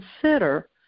consider